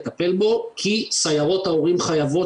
זה אחד הדברים שאנחנו חייבים לטפל בו כי סיירות ההורים חייבות